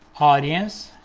audience